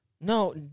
No